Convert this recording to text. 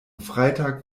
freitag